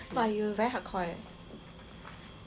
but you very hardcore eh